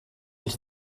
ells